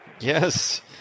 Yes